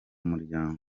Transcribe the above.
muryango